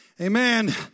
Amen